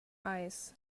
eyes